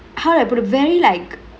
how do I put it very like